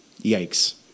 Yikes